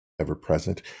ever-present